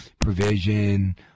provision